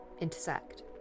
intersect